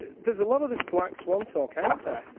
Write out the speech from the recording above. there's a lot of this black swan talk out there.